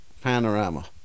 Panorama